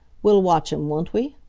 we'll watch em, won't we?